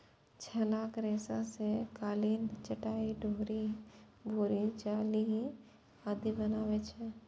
छालक रेशा सं कालीन, चटाइ, डोरि, बोरी जाल आदि बनै छै